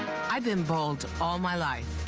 i've been bold all my life,